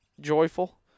joyful